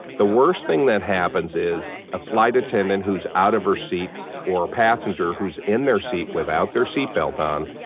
the worst thing that happens is a flight attendant who's out of her seat or a passenger who's in their seat without their seat belt on,